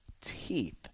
teeth